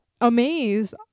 amazed